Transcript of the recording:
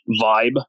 vibe